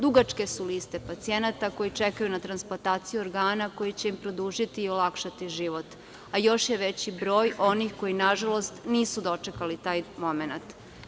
Dugačke su liste pacijenata koji čekaju na transplantaciju organa koji će im produžiti i olakšati život, a još je veći broj onih koji, nažalost, nisu dočekali taj momenat.